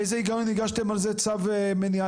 באיזה היגיון הגשתם על זה צו מניעה?